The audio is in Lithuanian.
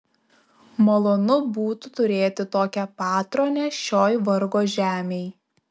malonu būtų turėti tokią patronę šioj vargo žemėj